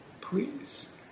please